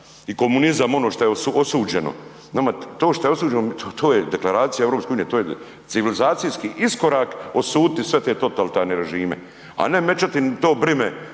i komunizam, ono što je osuđeno. Nama to što je osuđeno to je Deklaracija EU to je civilizacijski iskorak osuditi sve te totalitarne režime, a ne mećati to brime